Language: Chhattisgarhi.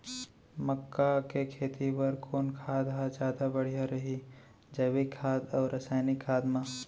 मक्का के खेती बर कोन खाद ह जादा बढ़िया रही, जैविक खाद अऊ रसायनिक खाद मा?